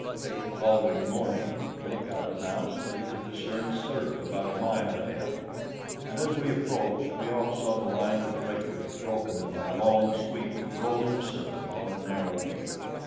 late the following morning the lookout announced that he could discern surf about a mile ahead and as we approached, we all saw the line of breakers broken by a long sweep of rolling surf upon a narrow beach.